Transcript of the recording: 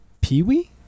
Pee-wee